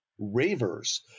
ravers